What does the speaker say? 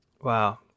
Wow